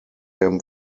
him